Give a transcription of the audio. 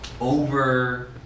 over